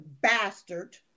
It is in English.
bastard